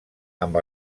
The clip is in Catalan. amb